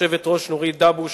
היושבת-ראש נורית דאבוש,